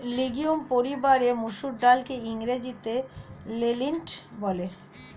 legume পরিবারের মুসুর ডালকে ইংরেজিতে লেন্টিল বলে